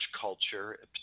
culture